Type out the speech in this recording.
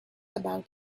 about